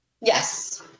Yes